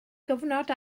gyfnod